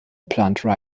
plante